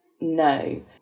no